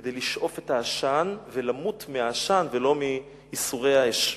כדי לשאוף את העשן ולמות מהעשן ולא מייסורי האש.